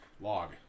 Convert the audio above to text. log